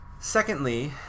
Secondly